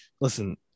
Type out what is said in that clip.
listen